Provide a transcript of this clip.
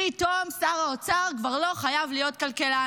פתאום שר האוצר כבר לא חייב להיות כלכלן,